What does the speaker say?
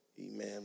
Amen